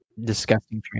disgusting